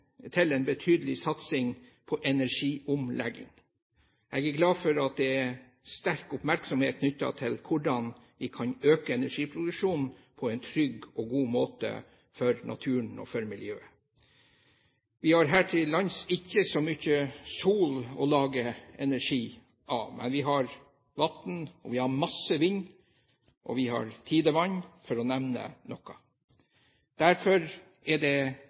til en betydelig satsing på energiomlegging. Jeg er glad for at det er sterk oppmerksomhet knyttet til hvordan vi kan øke energiproduksjonen på en trygg og god måte for naturen og miljøet. Vi har her til lands ikke så mye sol å lage energi av, men vi har vann, vi har masse vind og vi har tidevann, for å nevne noe. Derfor er det